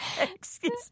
excuse